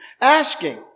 asking